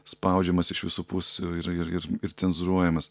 spaudžiamas iš visų pusių ir ir ir ir cenzūruojamas